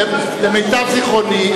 למיטב זיכרוני,